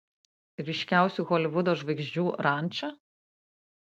ryškiausių holivudo žvaigždžių ranča